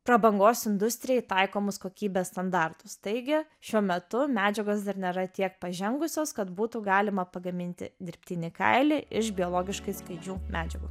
prabangos industrijai taikomus kokybės standartus taigi šiuo metu medžiagos dar nėra tiek pažengusios kad būtų galima pagaminti dirbtinį kailį iš biologiškai skaidžių medžiagų